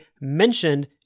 mentioned